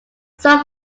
some